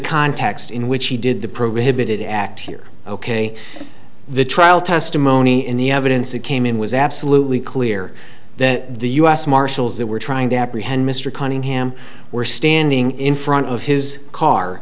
context in which he did the program habited act here ok the trial testimony in the evidence it came in was absolutely clear that the u s marshals that were trying to apprehend mr cunningham were standing in front of his car